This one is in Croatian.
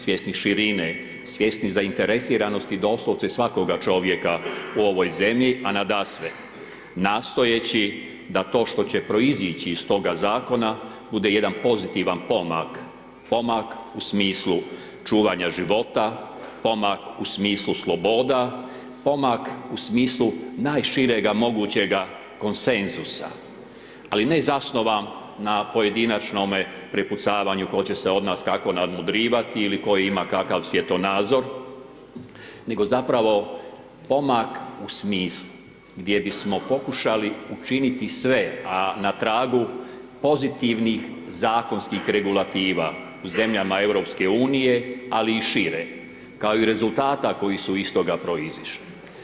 Svjesni širine, svjesni zainteresiranosti doslovce svakog čovjeka u ovoj zemlji, a nadasve nastojeći da to što će proizići iz toga zakona bude jedan pozitivan pomak, pomak u smislu čuvanja života, pomak u smislu sloboda, pomak u smislu najširega mogućega konsenzusa, ali ne zasnovan na pojedinačnome prepucavanju tko će se od nas kako nadmudrivati ili tko ima kakav svjetonazor, nego zapravo pomak u smislu gdje bismo pokušali učiniti sve, a na tragu pozitivnih zakonskih regulativa u zemljama EU, ali i šire, kao i rezultata koji su iz toga proizišli.